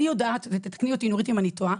אני יודעת ותתקני אותי אם אני טועה,